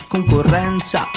concorrenza